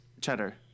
cheddar